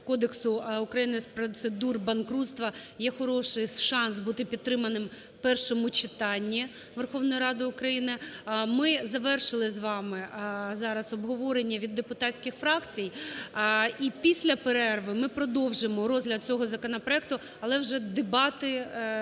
Кодексу України з процедур банкрутства є хороший шанс бути підтриманим в першому читанні Верховною Радою України. Ми завершили з вами зараз обговорення від депутатських фракцій. І після перерви ми продовжимо розгляд цього законопроекту, але вже дебати